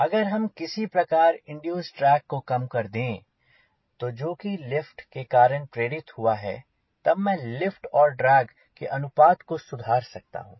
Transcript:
अगर हम किसी प्रकार इंड्यूसेड ड्रैग को कम कर दें जो कि लिफ्ट के कारण प्रेरित हुआ है तब मैं लिफ्ट और ड्रैग के अनुपात को सुधार सकता हूँ